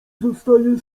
zostaje